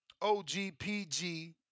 OGPG